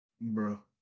Bro